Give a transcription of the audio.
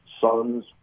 sons